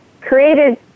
created